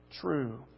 true